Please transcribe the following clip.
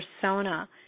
persona